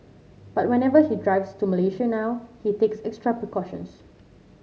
but whenever he drives to Malaysia now he takes extra precautions